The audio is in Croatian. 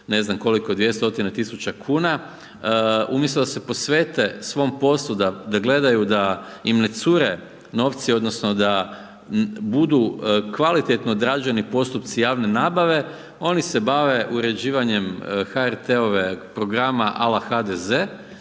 ne znam koliko, 200.000,00 kn umjesto da se posvete svom poslu da gledaju da im ne cure novci odnosno da budu kvalitetno odrađeni postupci javne nabave, oni se bavi uređivanjem HRT-ove programa ala HDZ